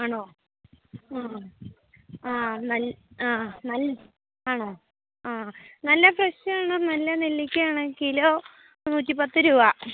ആണോ ആ ആണോ ആ നല്ല ഫ്രഷാണ് നല്ല നെല്ലിയ്ക്കയാണ് കിലോ നൂറ്റിപത്ത് രൂപ